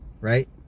Right